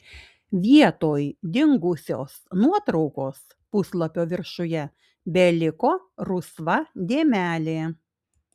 vietoj dingusios nuotraukos puslapio viršuje beliko rusva dėmelė